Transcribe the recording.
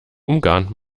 umgarnt